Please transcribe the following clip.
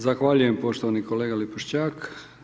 Zahvaljujem poštovani kolega Lipošćak.